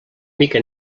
mica